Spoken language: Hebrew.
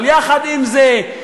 אבל יחד עם זה,